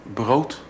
brood